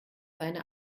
seine